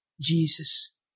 Jesus